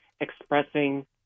expressing